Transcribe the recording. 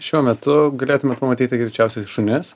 šiuo metu galėtumėt pamatyti greičiausiai šunis